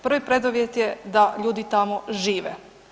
Prvi preduvjet je da ljudi tamo žive.